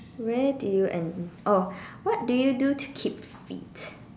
where do you end oh what do you do to keep fit